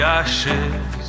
ashes